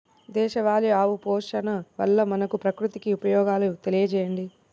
దేశవాళీ ఆవు పోషణ వల్ల మనకు, ప్రకృతికి ఉపయోగాలు తెలియచేయండి?